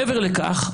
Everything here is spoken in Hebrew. מעבר לכך,